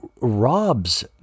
Rob's